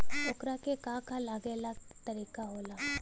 ओकरा के का का लागे ला का तरीका होला?